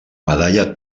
medalla